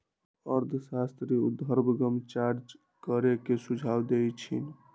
अर्थशास्त्री उर्ध्वगम चार्ज करे के सुझाव देइ छिन्ह